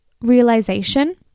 realization